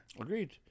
Agreed